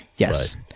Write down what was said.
Yes